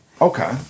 Okay